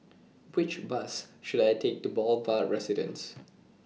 Which Bus should I Take to The Boulevard Residence